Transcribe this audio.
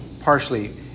partially